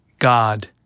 God